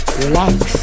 relax